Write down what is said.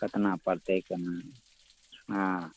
केतना पढ़तै केना नहि हँ